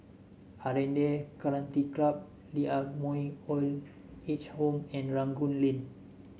Aranda Country Club Lee Ah Mooi Old Age Home and Rangoon Lane